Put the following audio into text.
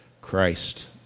Christ